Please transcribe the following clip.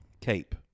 cape